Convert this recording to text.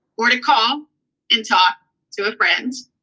or to call and talk to a friend.